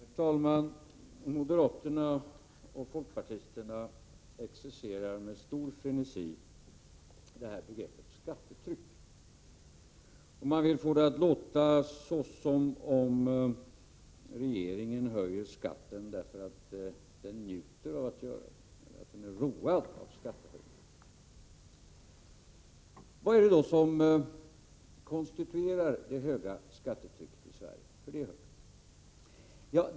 Herr talman! Moderaterna och folkpartisterna exercerar med stor frenesi med begreppet ”skattetryck”. Man vill få det att låta som om regeringen höjer skatten, därför att den njuter av att göra det och är road av skattehöjningar. Vad är det då som konstituerar det höga skattetrycket i Sverige?